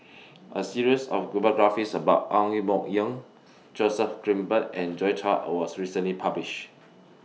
A series of biographies about Ang Yoke Mooi Joseph Grimberg and Joi Chua was recently published